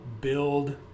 build